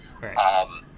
Right